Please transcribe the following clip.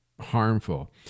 harmful